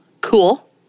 cool